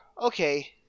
okay